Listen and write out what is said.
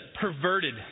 perverted